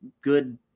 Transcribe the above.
good